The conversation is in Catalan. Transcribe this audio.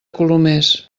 colomers